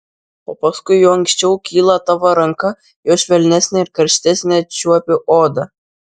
o paskui juo aukščiau kyla tavo ranka juo švelnesnę ir karštesnę čiuopi odą